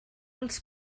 els